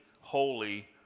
holy